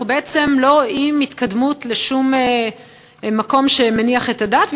אנחנו בעצם לא רואים התקדמות לשום מקום שמניח את הדעת,